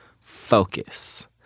focus